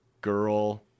girl